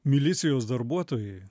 milicijos darbuotojai